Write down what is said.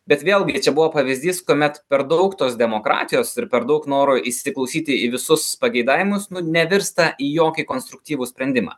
bet vėlgi čia buvo pavyzdys kuomet per daug tos demokratijos ir per daug noro įsiklausyti į visus pageidavimus nu nevirsta į jokį konstruktyvų sprendimą